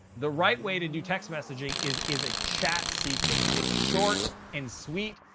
the right way to do text messaging is is a chat sequence. it's short and sweet.